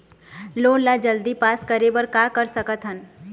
Loan ला जल्दी pass करे बर का कर सकथन?